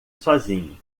sozinho